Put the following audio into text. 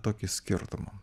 tokį skirtumą